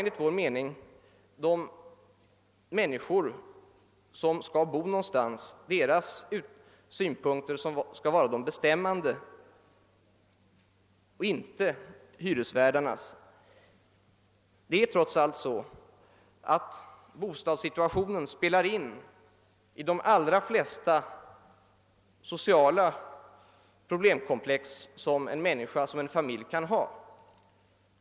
Enligt vår mening skall de bostadssökandes synpunkter vara bestämmande, inte hyresvärdarnas. Det är generellt så att bostadssituationen bidrar till de allra flesta sociala problem som en människa eller en familj kan ha.